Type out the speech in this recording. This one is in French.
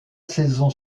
saison